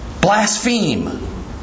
Blaspheme